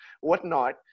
whatnot